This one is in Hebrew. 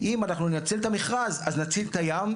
אם אנחנו נציל את המכרז אז נציל את הים,